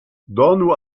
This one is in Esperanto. donu